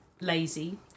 lazy